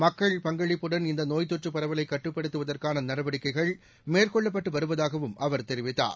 மக்கள் பங்களிப்புடன் இந்த நோய்த் தொற்றுப் பரவலை கட்டுப்படுத்துவதற்கான நடவடிக்கைகள் மேற்கொள்ளப்பட்டு வருவதாகவும் அவர் தெரிவித்தார்